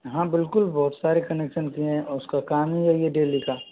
हाँ बिल्कुल बहुत सारे कनेक्शन किये हैं और उसका काम ही यही है डेली का